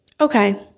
okay